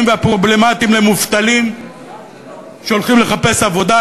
והפרובלמטיים למובטלים שהולכים לחפש עבודה,